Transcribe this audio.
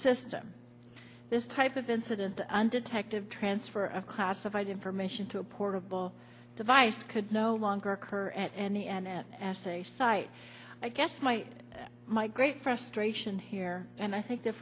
system this type of incident and detective transfer of classified information to a portable device could no longer occur at any n s a site i guess my and my great frustration here and i think the